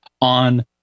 on